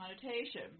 connotation